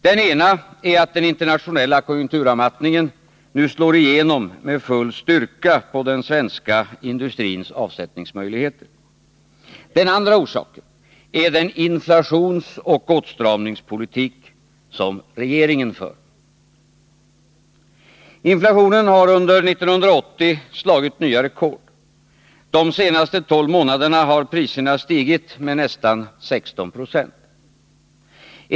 Den ena är att den internationella konjunkturavmattningen nu slår igenom med full styrka på den svenska industrins avsättningsmöjligheter. Den andra orsaken är den inflationsoch åtstramningspolitik som regeringen för. Inflationen har under 1980 slagit nya rekord — de senaste 12 månaderna har priserna stigit med nästan 16 20.